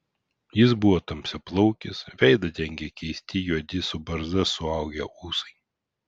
jis buvo tamsiaplaukis veidą dengė keisti juodi su barzda suaugę ūsai